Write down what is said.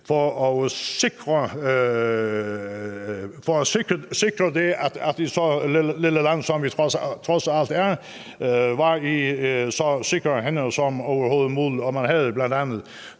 for at sikre, at et så lille land, som vi trods alt er, var i så sikre hænder som overhovedet muligt.